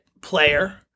player